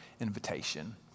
invitation